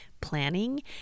planning